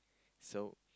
so